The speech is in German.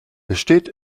besteht